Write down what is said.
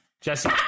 Jesse